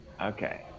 Okay